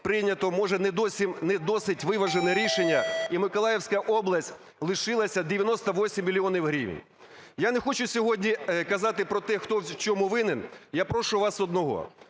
прийнято може не досить виважене рішення і Миколаївська область лишилася 98 мільйонів гривень. Я не хочу сьогодні казати про те, хто в чому винен, я прошу у вас одного.